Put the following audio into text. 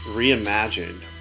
reimagined